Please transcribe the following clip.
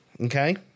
okay